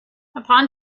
upon